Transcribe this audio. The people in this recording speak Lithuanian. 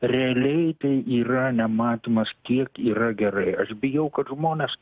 realiai tai yra nematymas kiek yra gerai aš bijau kad žmonės